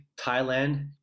Thailand